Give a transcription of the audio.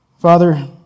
Father